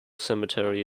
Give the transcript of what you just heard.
cemetery